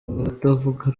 abatavuga